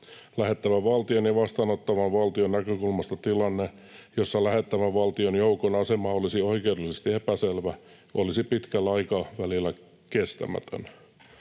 Lähettävän valtion ja vastaanottavan valtion näkökulmasta tilanne, jossa lähettävän valtion joukon asema olisi oikeudellisesti epäselvä, olisi pitkällä aikavälillä kestämätön.